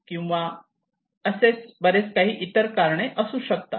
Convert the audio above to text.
किंवा असेच बरेच काही इतर कारणे असू शकतात